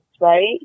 right